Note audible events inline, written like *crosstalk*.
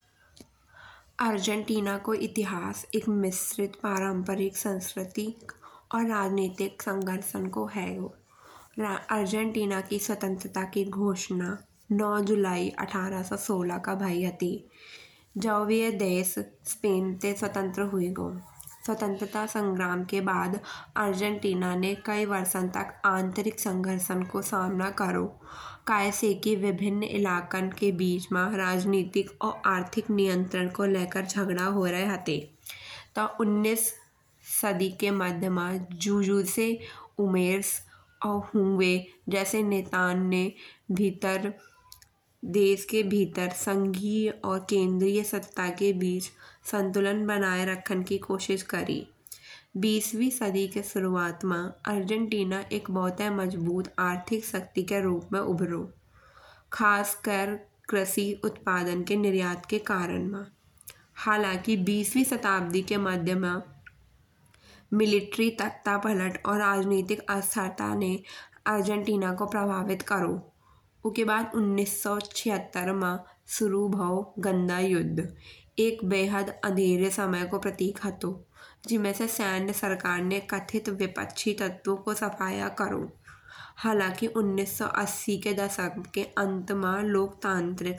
अर्जेंटीना को इतिहास एक मिश्रित परंपरागत संस्कृति और राजनैतिक संघर्षन को हैगो। अर्जेंटीना के स्वतंत्रता की घोषणा नौ जुलाई एक हजार आठ सौ सोलह को भई हती। जब बे देश स्पेन ते स्वतंत्र हुई गओ। स्वतंत्रता संग्राम के बाद अर्जेंटीना ने कई वर्षों तक आंतरिक संघर्षन को सामना करो। कई से के बे भिन्न इलाकन के बीच मा राजनैतिक और आर्थिक नियंत्रण को लेकर झगड़ा हो रहे हते। तो उन्नीसवीं सदी के मध्य मा *unintelligible* जैसे नेताओं ने देश के भीतर संघीय और केंद्रीये सत्ता के बीच संतुलन बनाए राखन की की कोशिश करी। बीसवीं सदी की शुरुआत मा अर्जेंटीना एक भोताई मजबूत आर्थिक शक्ति के रूप मा उभरो। खास कर कृषि उत्पादन के निर्यात के कार्यन मा। हालांकि बीसवीं सदी के मध्य मा मिलिटरी तख्तापलट और राजनैतिक अस्थिरता ने अर्जेंटीना को प्रभावित करो। उके बाद उन्निस सौ छिहत्तर मा शुरू भाओ गंदा युद्ध। एक बेहद अहरे समय को प्रतीक हतो। जिमे से सेन्य सरकार ने कथित विपक्षी तत्वों को सफाया करो। हालांकि उन्निस सौ असी के दशक के अंत मा लोकतांत्रिक शासन से बहाली भई। और अर्जेंटीना ने अपने संबंध सांस्कृतिक और आर्थिक विकास की ओर कदम बढ़ाये लाये।